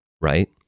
right